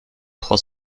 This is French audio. trois